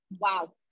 Wow